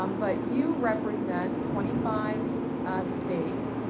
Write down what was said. um but you represent twenty five states,